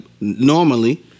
normally